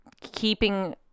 keeping